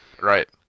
Right